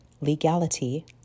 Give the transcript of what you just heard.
legality